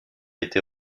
été